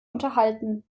unterhalten